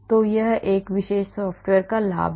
तो यह इस विशेष सॉफ्टवेयर का लाभ है